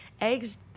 eggs